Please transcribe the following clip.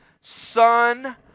son